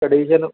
condition